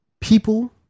people